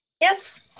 yes